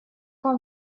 вам